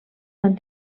van